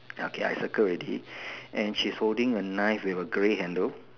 ya K I circle already and she's holding a knife with a grey handle